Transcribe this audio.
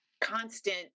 constant